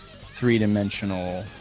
three-dimensional